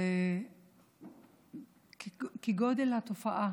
וכגודל התופעה